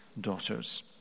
daughters